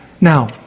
Now